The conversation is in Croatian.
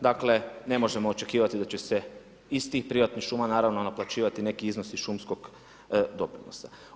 Dakle, ne možemo očekivati da će se iz tih privatnih šuma naplaćivati neki iznosi šumskog doprinosa.